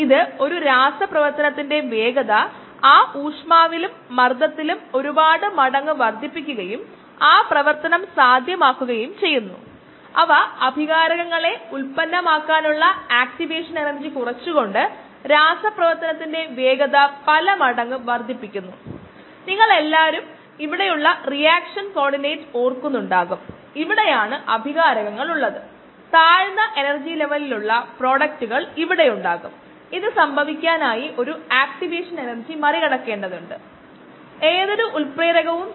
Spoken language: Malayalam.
ഇന്ഹിബിഷന്റെ തരങ്ങൾ കോംപ്റ്റിറ്റിവ് നോൺകോംപ്റ്റിറ്റിവ് അൺകോംപ്റ്റിറ്റിവ് എന്നിങ്ങനെയാണ്